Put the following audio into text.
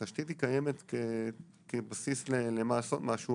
התשתית קיימת כבסיס למשהו,